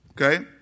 Okay